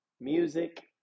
music